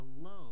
alone